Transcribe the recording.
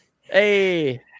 Hey